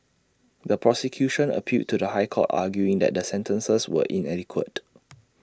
the prosecution appealed to the High Court arguing that the sentences were inadequate